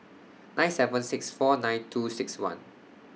nine seven six four nine two six one